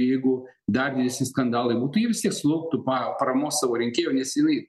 jeigu dar didesni skandalai būtų jie vis tiek sulauktų pa paramos savo rinkėjų nes jinai